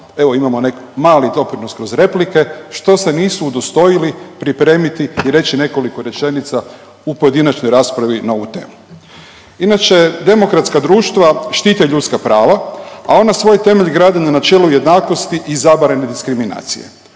Evo imamo mali doprinos kroz replike što se nisu udostojili pripremiti i reći nekoliko rečenica u pojedinačnoj raspravi na ovu temu. Inače demokratska društva štite ljudska prava, a ona svoj temelj grade na načelu jednakosti i zabranjene diskriminacije.